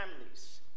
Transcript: families